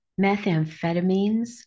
methamphetamines